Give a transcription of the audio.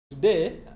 Today